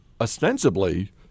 ostensibly